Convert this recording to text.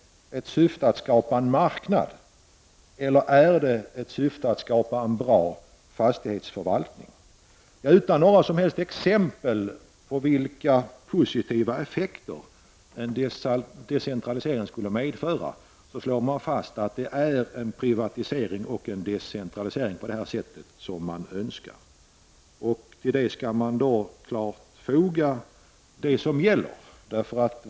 Är syftet att skapa en marknad, eller är syftet att skapa en bra fastighetsförvaltning? Utan några som helst exempel på vilka positiva effekter en decentralisering skulle medföra slår man fast att man önskar en privatisering och en decentralisering. Till detta skall man foga vad som gäller.